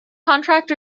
contract